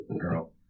girl